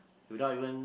without even